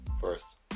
first